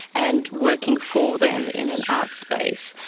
and working for them, in an art space.